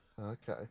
Okay